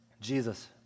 Jesus